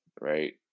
right